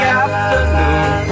afternoon